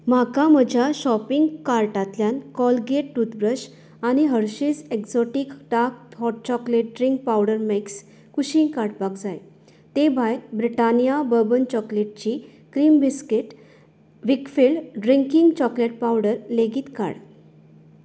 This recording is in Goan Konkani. म्हाका म्हज्या शॉपींग कार्टांतल्यान कॉलगेट तूतब्रश आनी Hershey's exotic dark hot chocolate drink powder mix कुशीक काडपाक जाय ते भायर ब्रिटानिया बर्बन चॉकलेटची cream biscuit with field drinking chocolate powder लेगीत काड